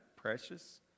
precious